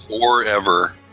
forever